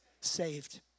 saved